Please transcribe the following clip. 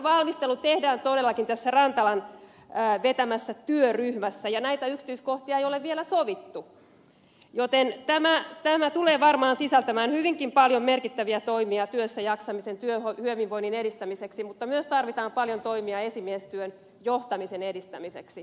jatkovalmistelut tehdään todellakin tässä rantalan vetämässä työryhmässä ja näitä yksityiskohtia ei ole vielä sovittu joten tämä tulee varmaan sisältämään hyvinkin paljon merkittäviä toimia työssäjaksamisen työhyvinvoinnin edistämiseksi mutta myös tarvitaan paljon toimia esimiestyön johtamisen edistämiseksi